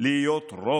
להיות רוב.